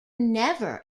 never